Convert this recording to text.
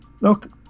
look